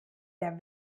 der